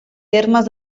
termes